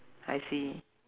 I see